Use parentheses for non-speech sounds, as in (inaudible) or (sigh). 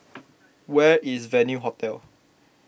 (noise) where is Venue Hotel